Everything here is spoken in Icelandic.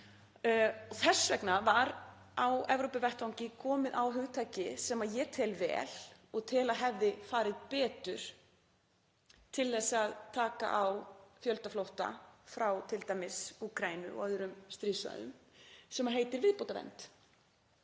Þess vegna var á Evrópuvettvangi komið á hugtaki, sem ég tel vel og tel að hefði farið betur til þess að taka á fjöldaflótta frá t.d. Úkraínu og öðrum stríðssvæðum, sem heitir viðbótarvernd.